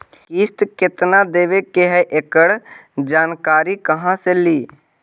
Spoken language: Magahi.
किस्त केत्ना देबे के है एकड़ जानकारी कहा से ली?